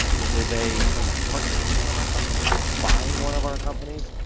or will they end up partnering with one of our companies buying one of our companies,